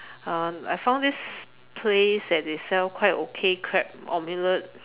uh I found this place that they sell quite okay crab omelette